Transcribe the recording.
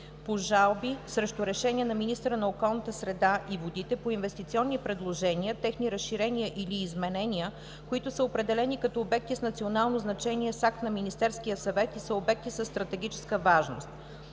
по жалби срещу решения на министъра на околната среда и водите по инвестиционни предложения, техни разширения или изменения, които са определени като обекти с национално значение с акт на Министерския съвет и са обекти със стратегическа важност.